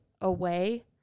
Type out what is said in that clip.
away